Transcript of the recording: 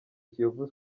kiyovu